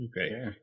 Okay